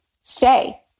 stay